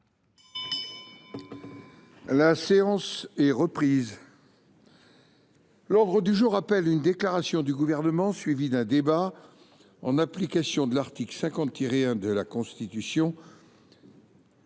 mon cher collègue. L’ordre du jour appelle une déclaration du Gouvernement, suivie d’un débat, en application de l’article 50 1 de la Constitution,